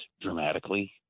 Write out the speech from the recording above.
dramatically